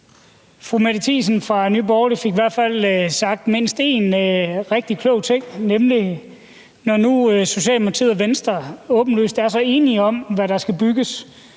Fru Mette Thiesen fra Nye Borgerlige fik i hvert fald sagt mindst én rigtig klog ting, nemlig: Når nu Socialdemokratiet og Venstre åbenlyst er så enige om, hvad der skal bygges,